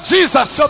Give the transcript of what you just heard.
Jesus